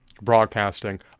broadcasting